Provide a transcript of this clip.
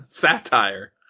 satire